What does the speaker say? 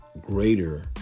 greater